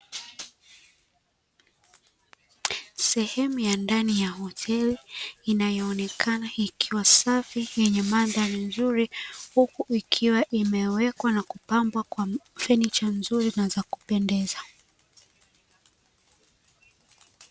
Sehemu ya ndani ya hoteli inayoonekana ikiwa safi yenye mandhari nzuri, huku ikiwa imewekwa na imepambwa na fanicha nzuri na za kupendeza.